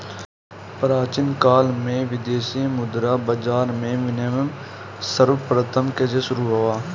प्राचीन काल में विदेशी मुद्रा बाजार में विनिमय सर्वप्रथम कैसे शुरू हुआ?